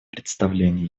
представления